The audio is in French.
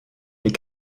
mes